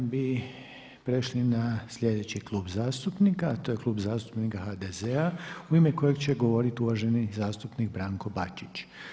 Sada bi prešli na sljedeći klub zastupnika, a to je Klub zastupnika HDZ-a u ime kojeg će govoriti uvaženi zastupnik Branko Bačić.